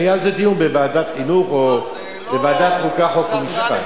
היה על זה דיון בוועדת חינוך או בוועדת חוקה ומשפט.